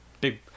big